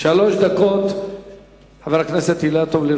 שלוש דקות לרשותך, חבר הכנסת אילטוב.